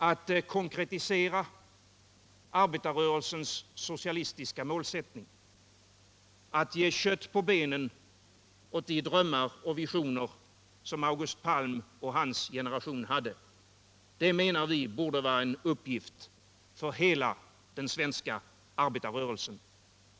Att konkretisera arbetarrörelsens socialistiska målsättning, att ge kött på benen åt de drömmar och visioner som August Palm och hans generation hade menar vi borde vara en uppgift för hela den svenska arbetarrörelsen.